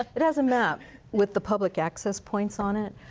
it has a map with the public access points on it.